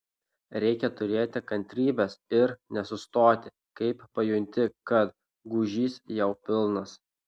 reikia turėti kantrybės ir nesustoti kai pajunti kad gūžys jau pilnas